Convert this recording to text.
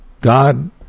God